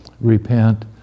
repent